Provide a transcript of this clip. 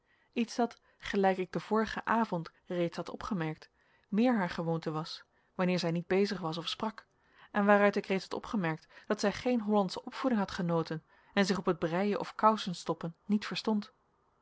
iets dat gelijk ik den vorigen avond reeds had opgemerkt meer haar gewoonte was wanneer zij niet bezig was of sprak en waaruit ik reeds had opgemerkt dat zij geen hollandsche opvoeding had genoten en zich op het breien of kousenstoppen niet verstond